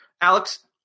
Alex